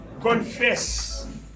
confess